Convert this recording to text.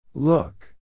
Look